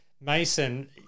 Mason